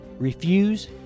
Refuse